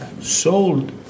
sold